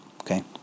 Okay